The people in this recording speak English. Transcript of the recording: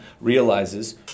realizes